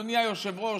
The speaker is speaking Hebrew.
אדוני היושב-ראש,